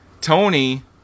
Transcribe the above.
Tony